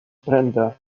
brenda